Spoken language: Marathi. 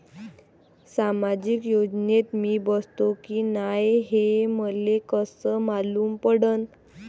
सामाजिक योजनेत मी बसतो की नाय हे मले कस मालूम पडन?